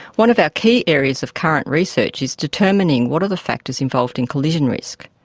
one of our key areas of current research is determining what are the factors involved in collision risk.